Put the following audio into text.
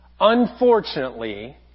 unfortunately